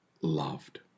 loved